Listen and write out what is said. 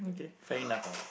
okay fair enough ah